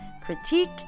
critique